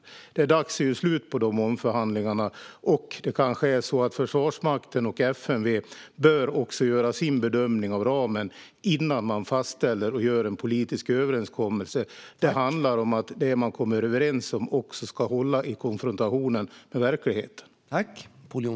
Det är dags att göra slut på de omförhandlingarna. Kanske bör Försvarsmakten och FMV också göra sina bedömningar av ramen innan man fastställer och gör en politisk överenskommelse. Det man kommer överens om ska också hålla i konfrontationen med verkligheten.